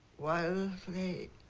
while they.